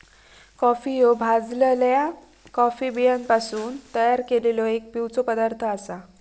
coffee ह्यो भाजलल्या coffee बियांपासून तयार केललो एक पिवचो पदार्थ आसा